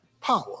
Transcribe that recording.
power